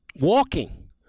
walking